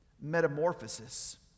metamorphosis